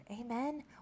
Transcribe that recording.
Amen